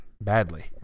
badly